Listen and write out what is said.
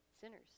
sinners